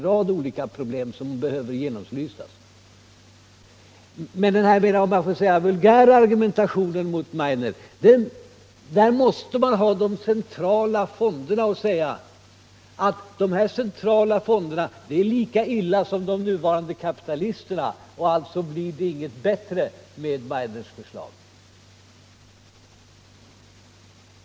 Men i den vulgära argumentationen mot Meidners förslag säger man att det är lika illa att ha de här centrala fonderna som att ha den nuvarande kapitalismen, och alltså blir det inte bättre med Meidners förslag.